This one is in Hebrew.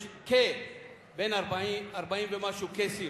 יש כ-40 ומשהו קייסים,